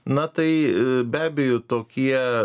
na tai be abejo tokie